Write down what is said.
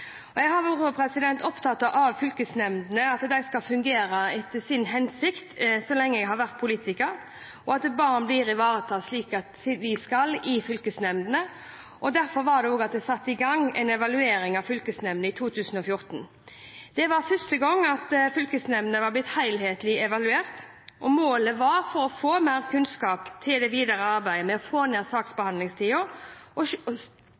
og familiene – som vi skal gjøre. Jeg har så lenge jeg har vært politiker, vært opptatt av fylkesnemndene, at de skal fungere etter sin hensikt, og at barn blir ivaretatt slik de skal av fylkesnemndene. Derfor satte jeg i gang en evaluering av fylkesnemndene i 2014. Dette er første gangen fylkesnemndene har blitt helhetlig evaluert. Målet var å få inn mer kunnskap til det videre arbeidet med å få ned saksbehandlingstida og se sammenhengen mellom effektivitet, rettssikkerhet, ressursbruk og